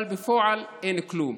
אבל בפועל אין כלום.